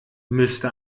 müsste